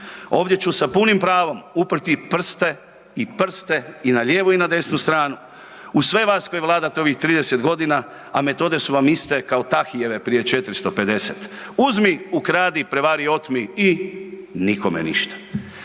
Ovdje ću sa punim pravom uprti i prste i prste i na lijevu i na desnu stranu, uz sve vas koji vladate ovih 30 godina, a metode su vam iste kao Tahyjeve, prije 450, uzmi, ukradi, prevari, otmi i nikome ništa.